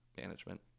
management